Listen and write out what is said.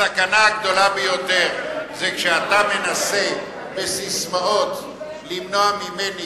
הסכנה הגדולה ביותר היא כשאתה מנסה בססמאות למנוע ממני